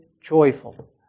joyful